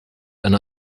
einer